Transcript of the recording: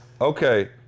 okay